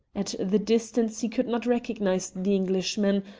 at the distance he could not recognize the englishman,